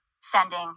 sending